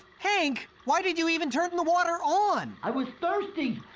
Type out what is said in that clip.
hank, why did you even turn the water on? i was thirsty.